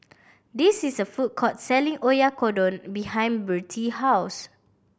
this is a food court selling Oyakodon behind Birtie house